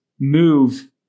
move